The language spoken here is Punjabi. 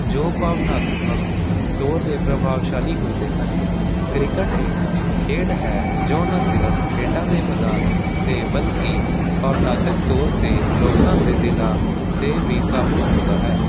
ਜੋ ਭਾਵਨਾਤਮਕ ਤੌਰ 'ਤੇ ਪ੍ਰਭਾਵਸ਼ਾਲੀ ਹੁੰਦੇ ਹਨ ਕ੍ਰਿਕਟ ਇੱਕ ਖੇਡ ਹੈ ਜੋ ਨਾ ਸਿਰਫ ਖੇਡਾਂ ਦੇ ਮੈਦਾਨ 'ਤੇ ਬਲਕਿ ਔਰਨਾਤਕ ਤੌਰ 'ਤੇ ਲੋਕਾਂ ਦੇ ਦਿਲਾਂ 'ਤੇ ਵੀ ਕਾਬੂ ਪਾਉਂਦਾ ਹੈ